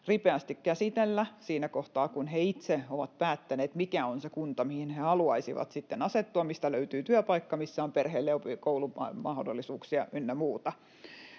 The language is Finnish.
ripeästi käsitellä siinä kohtaa, kun he itse ovat päättäneet, mikä on se kunta, mihin he haluaisivat asettua, mistä löytyy työpaikka ja missä on perheelle koulumahdollisuuksia ynnä muuta.